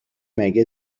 مگه